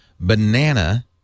Banana